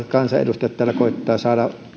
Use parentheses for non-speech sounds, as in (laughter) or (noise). (unintelligible) kansanedustajat täällä kilpaa koettavat saada